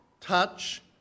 touch